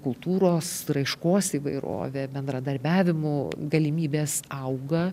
kultūros raiškos įvairovė bendradarbiavimų galimybės auga